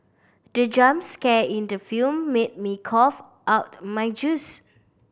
the jump scare in the film made me cough out my juice